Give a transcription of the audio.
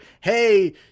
Hey